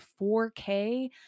4K